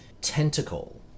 tentacle